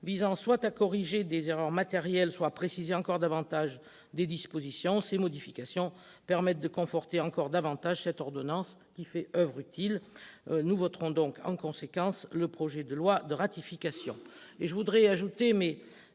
visant soit à corriger des erreurs matérielles, soit à préciser des dispositions. Ces modifications permettent de conforter encore davantage cette ordonnance qui fait oeuvre utile. Nous voterons en conséquence le projet de loi de ratification. Permettez-moi d'ajouter-